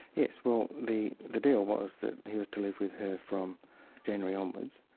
yes, well the the deal was that he was to live with her from january onwards,